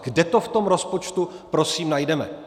Kde to v tom rozpočtu prosím najdeme?